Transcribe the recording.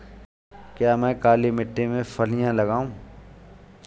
क्या मैं काली मिट्टी में फलियां लगाऊँ?